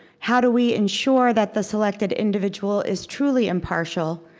how do we ensure that the selected individual is truly impartial?